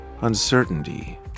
uncertainty